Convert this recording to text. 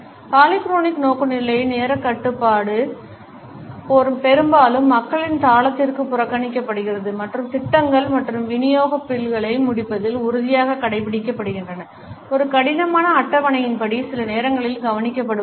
polychronic நோக்குநிலை நேரக்கட்டுப்பாடு பெரும்பாலும் மக்களின் தாளத்திற்கு புறக்கணிக்கப்படுகிறது மற்றும் திட்டங்கள் மற்றும் விநியோக பில்களை முடிப்பதில் உறுதியாக கடைப்பிடிக்கப்படுகிறது ஒரு கடினமான அட்டவணையின்படி சில நேரங்களில் கவனிக்கப்படுவதில்லை